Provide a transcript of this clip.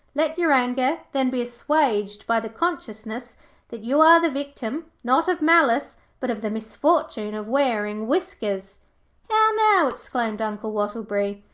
let your anger, then, be assuaged by the consciousness that you are the victim, not of malice, but of the misfortune of wearing whiskers how now exclaimed uncle wattleberry.